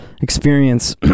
experience